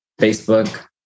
Facebook